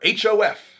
HOF